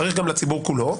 צריך גם לציבור כולו,